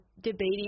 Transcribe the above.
debating